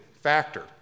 factor